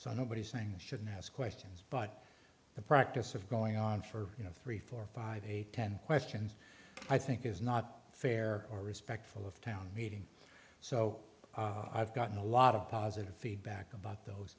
so nobody's saying shouldn't ask questions but the practice of going on for you know three four five eight ten questions i think is not fair or respectful of town meeting so i've gotten a lot of positive feedback about those